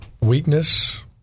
weakness